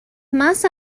más